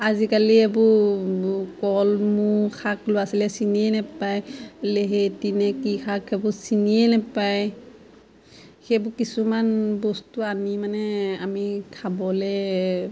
আজিকালি এইবোৰ কলমৌ শাক ল'ৰা ছোৱালীয়ে চিনিয়ে নাপায় লেহেতী নে কি শাক সেইবোৰ চিনিয়ে নাপায় সেইবোৰ কিছুমান বস্তু আনি মানে আমি খাবলৈ